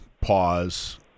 pause